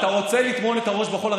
אתה רוצה לטמון את הראש בחול?